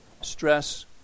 stress